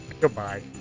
goodbye